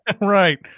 Right